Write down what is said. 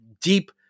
deep